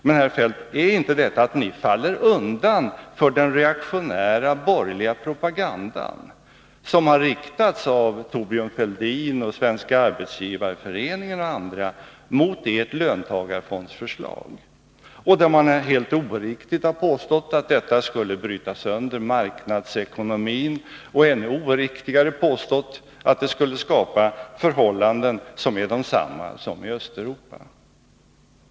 Men, herr Feldt, innebär inte detta att ni faller undan för den reaktionära borgerliga propagandan som har framförts av Thorbjörn Fälldin och Svenska arbetsgivareföreningen och andra mot ert löntagarfondsförslag, där man helt oriktigt har påstått att detta skulle bryta sönder marknadsekonomin och, ännu oriktigare, att det skulle skapa förhållanden som är desamma som i Östeuropa?